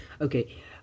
Okay